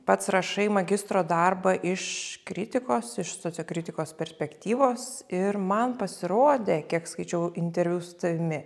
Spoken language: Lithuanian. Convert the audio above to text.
pats rašai magistro darbą iš kritikos iš sociokritikos perspektyvos ir man pasirodė kiek skaičiau interviu su tavimi